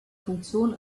funktion